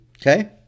Okay